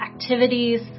activities